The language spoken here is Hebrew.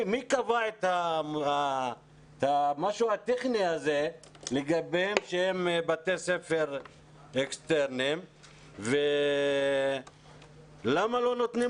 מי קבע את הדבר הטכני הזה לגביהם שהם בתי ספר אקסטרניים ולמה לא נותנים